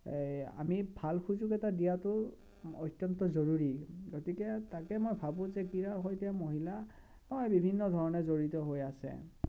এই আমি ভাল সুযোগ এটা দিয়াটো অত্যন্ত জৰুৰী গতিকে তাকে মই ভাবোঁ যে ক্ৰীড়াৰ সৈতে মহিলা হয় বিভিন্নধৰণে জড়িত হৈ আছে